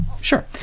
sure